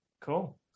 Cool